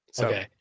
Okay